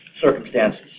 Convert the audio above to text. circumstances